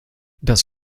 das